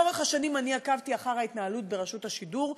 לאורך השנים עקבתי אחר ההתנהלות ברשות השידור,